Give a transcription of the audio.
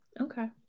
Okay